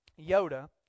Yoda